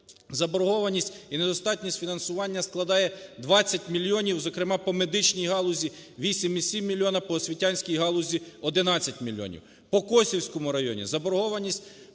заборгованість і недостатність фінансування складає 20 мільйонів, зокрема по медичній галузі 8,7 мільйонів, по освітянській галузі 11 мільйонів.